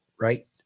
right